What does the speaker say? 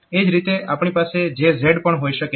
એ જ રીતે આપણી પાસે JZ પણ હોઈ શકે છે